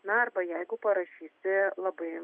na arba jeigu parašysi labai